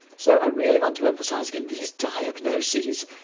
so i really want to emphasise again these diagnoses,